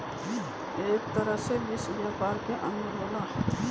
एक तरह से विश्व व्यापार के अंग होला